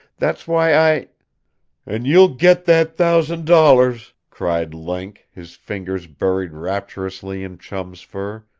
that's why i an' you'll get that thousand dollars! cried link, his fingers buried rapturously in chum's fur.